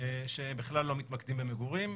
שבכלל לא מתמקדים במגורים,